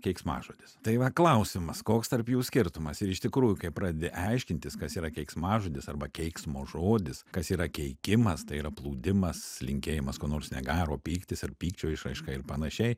keiksmažodis tai va klausimas koks tarp jų skirtumas ir iš tikrųjų kai pradedi aiškintis kas yra keiksmažodis arba keiksmo žodis kas yra keikimas tai yra plūdimas linkėjimas ko nors negero pyktis ar pykčio išraiška ir panašiai